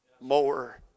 more